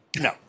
No